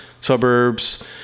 suburbs